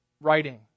writing